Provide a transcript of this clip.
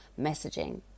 messaging